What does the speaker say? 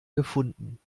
gefunden